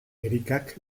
erikak